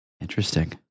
Interesting